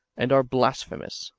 and are blas phemous,